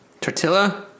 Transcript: Tortilla